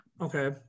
Okay